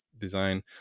design